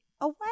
away